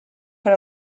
per